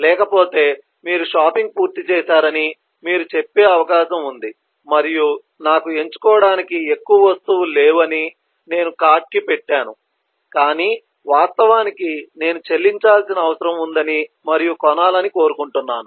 లేకపోతే మీరు షాపింగ్ పూర్తి చేశారని మీరు చెప్పే అవకాశం ఉంది మరియు నాకు ఎంచుకోవడానికి ఎక్కువ వస్తువులు లేవు అని నేను కార్ట్ కి పెట్టాను కాని వాస్తవానికి నేను చెల్లించాల్సిన అవసరం ఉందని మరియు కొనాలని కోరుకుంటున్నాను